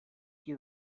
qui